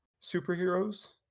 superheroes